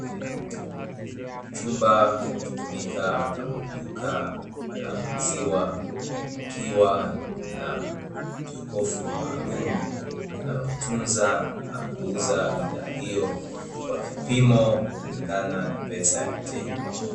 Chumba kinachotumika kama duka la maziwa kikiwa na jokofu maalumu, linalotunza na kuuza bidhaa hiyo kwa kipimo kulingana na pesa ya mteja.